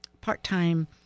part-time